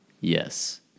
Yes